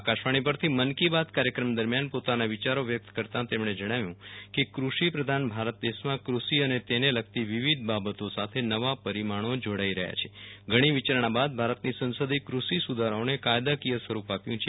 આકાશવાણી પરથી પ્રસારિત મન કી બાત કાર્યક્રમ દરમિયાન પોતાના વિયારો વ્યક્ત કરતાં તેમણે જણાવ્યું કે કૃષિ પ્રધાન ભારત દેશમાં કૃષિ અને તેને લગતી વિવિધ બાબતો સાથે નવાં પરિમાણો જોડાઈ રહ્યા છે ઘણી વિયારણાં બાદ ભારતની સંસદે કૃષિ સુધારાઓને કાયદાકીય સ્વરૂપ આપ્યું છે